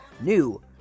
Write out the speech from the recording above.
new